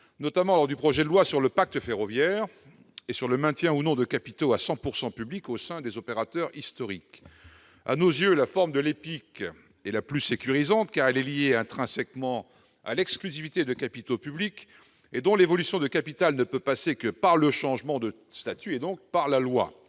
l'examen du projet de loi pour un nouveau pacte ferroviaire sur le maintien ou non de capitaux à 100 % publics au sein des opérateurs historiques. À nos yeux, la forme de l'EPIC est la plus sécurisante, car elle est intrinsèquement liée à l'exclusivité de capitaux publics, l'évolution de capital ne pouvant passer que par le changement de statut, et donc par la loi.